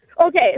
Okay